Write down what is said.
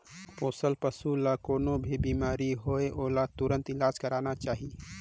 पोसल पसु ल कोनों भी बेमारी होये ओला तुरत इलाज करवाना चाही